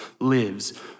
lives